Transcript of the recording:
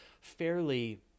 fairly